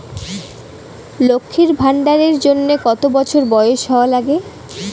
লক্ষী ভান্ডার এর জন্যে কতো বছর বয়স হওয়া লাগে?